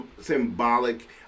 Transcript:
symbolic